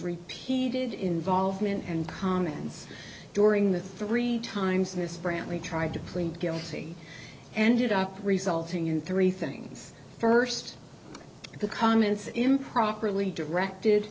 repeated involvement and comments during the three times miss brantley tried to plead guilty and it up resulting in three things first the comments improperly directed